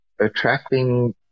attracting